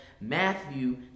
Matthew